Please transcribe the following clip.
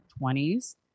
20s